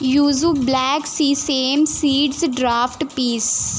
yusuf black sesame seeds draft piece